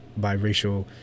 biracial